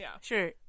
Sure